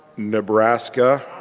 nebraska.